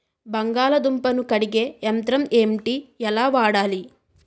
బంగాళదుంప ను కడిగే యంత్రం ఏంటి? ఎలా వాడాలి?